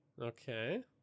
Okay